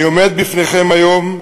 אני עומד בפניכם היום,